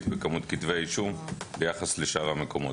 במספר כתבי האישום ביחס לשאר המקומות.